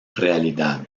realidad